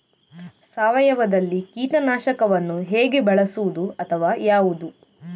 ಸಾವಯವದಲ್ಲಿ ಕೀಟನಾಶಕವನ್ನು ಹೇಗೆ ಬಳಸುವುದು ಅಥವಾ ಯಾವುದು?